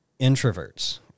introverts